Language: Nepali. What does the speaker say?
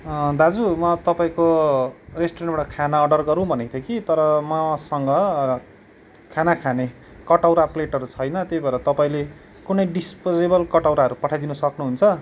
दाजु म तपाईँको रेस्टुरेन्टबाट खाना अर्डर गरौँ भनेको थिएँ कि तर मसँग खाना खाने कटौरा प्लेटहरू छैन त्यही भएर तपाईँले कुनै डिस्पोजेबल कटौराहरू पठाइदिनु सक्नुहुन्छ